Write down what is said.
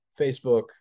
Facebook